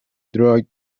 drug